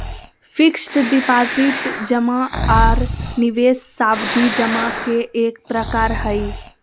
fixed deposit जमा आर निवेश सावधि जमा के एक प्रकार हय